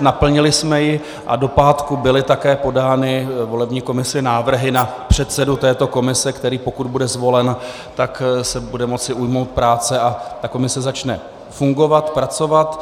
Naplnili jsme ji a do pátku byly také podány volební komisi návrhy na předsedu této komise, který se, pokud bude zvolen, bude moci ujmout práce a komise začne fungovat, pracovat.